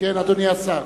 אדוני השר,